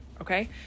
okay